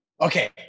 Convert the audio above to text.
okay